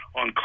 on